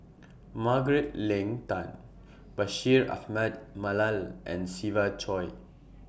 Margaret Leng Tan Bashir Ahmad Mallal and Siva Choy